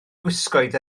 gwisgoedd